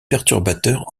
perturbateurs